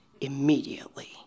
immediately